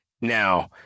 Now